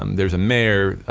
um there is a mayor,